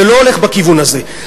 זה לא הולך בכיוון הזה.